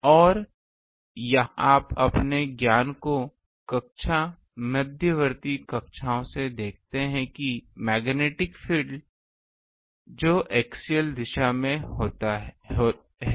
अब यहाँ आप अपने ज्ञान को कक्षा मध्यवर्ती कक्षाओं से देखते हैं कि मैग्नेटिक फील्ड जो एक्सियल दिशा में है